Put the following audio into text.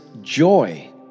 joy